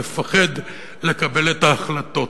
הוא מפחד לקבל את ההחלטות.